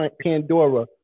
Pandora